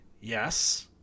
yes